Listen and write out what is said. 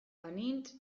banintz